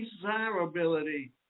desirability